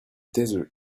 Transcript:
desert